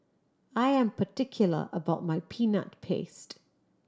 I am particular about my Peanut Paste